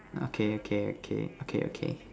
okay okay okay okay okay